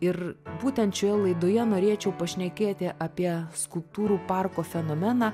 ir būtent šioje laidoje norėčiau pašnekėti apie skulptūrų parko fenomeną